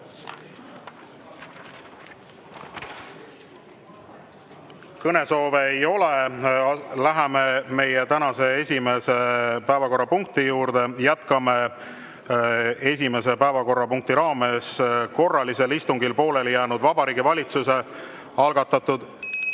Kõnesoove ei ole. Läheme tänase esimese päevakorrapunkti juurde, jätkame esimese päevakorrapunkti raames korralisel istungil pooleli jäänud Vabariigi Valitsuse algatatud